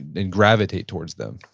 and gravitate towards them?